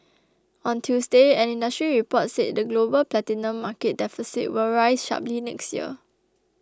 on Tuesday an industry report said the global platinum market deficit will rise sharply next year